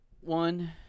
One